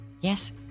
yes